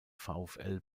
vfl